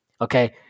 Okay